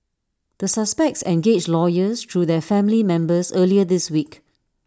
the suspects engaged lawyers through their family members earlier this week